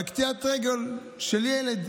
על קטיעת רגל של ילד,